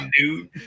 dude